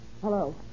Hello